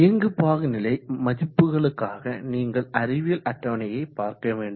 இயங்கு பாகுநிலை மதிப்புகளுக்காக நீங்கள் அறிவியல் அட்டவணையை பார்க்க வேண்டும்